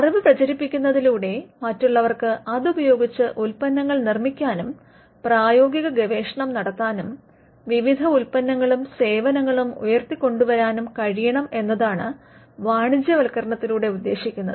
അറിവ് പ്രചരിപ്പിക്കുന്നതിലൂടെ മറ്റുള്ളവർക്ക് അതുപയോഗിച്ച് ഉത്പ്പന്നങ്ങൾ നിർമിക്കാനും പ്രായോഗിക ഗവേഷണം നടത്താനും വിവിധ ഉൽപ്പന്നങ്ങളും സേവനങ്ങളും ഉയർത്തികൊണ്ടുവരാനും കഴിയണം എന്നതാണ് വാണിജ്യവത്കരണത്തിലൂടെ ഉദ്ദേശിക്കുന്നത്